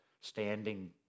standing